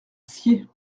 sciez